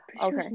Okay